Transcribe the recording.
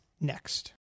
next